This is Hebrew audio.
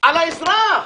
על האזרח.